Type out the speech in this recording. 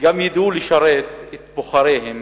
גם ידעו לשרת את בוחריהם